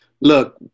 look